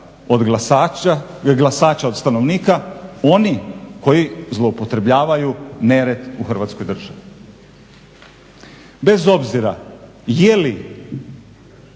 glasača od stanovnika, oni koji zloupotrebljavaju nered u Hrvatskoj državi. Bez obzira je li